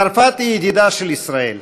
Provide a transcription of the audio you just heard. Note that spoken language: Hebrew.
צרפת היא ידידה של ישראל,